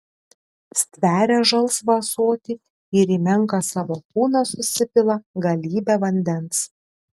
stveria žalsvą ąsotį ir į menką savo kūną susipila galybę vandens